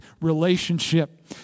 relationship